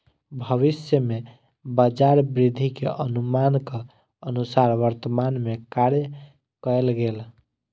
भविष्य में बजार वृद्धि के अनुमानक अनुसार वर्तमान में कार्य कएल गेल